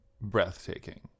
breathtaking